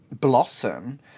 blossom